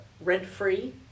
rent-free